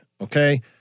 Okay